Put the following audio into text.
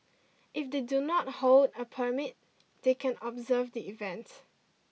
if they do not hold a permit they can observe the event